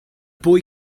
boy